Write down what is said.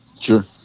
Sure